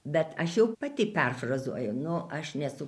bet aš jau pati perfrazuoju nu aš nesu